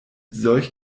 solch